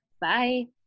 Bye